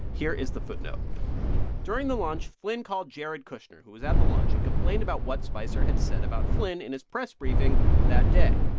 here is the footnote during the lunch, flynn called jared kushner, who was at the lunch, and complained about what spicer had said about flynn in his press briefing that day.